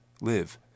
live